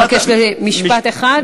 משפט אחרון.